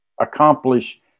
accomplish